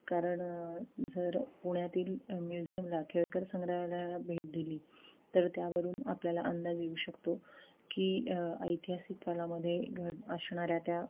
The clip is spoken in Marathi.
कारण जर पुण्यातील म्युझियमला केळकर संग्रहालयाला भेट दिली तर त्यावरून आपल्याला अंदाज येऊ शकतो की ऐतिहासिक कालामध्ये घड असणाऱ्या त्या